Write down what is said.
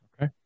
Okay